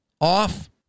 off